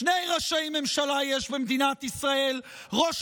שני ראשי ממשלה יש במדינת ישראל: ראש